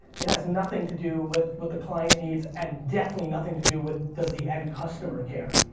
it has nothing to do with what the client needs and definitely nothing to do with, does the end customer care?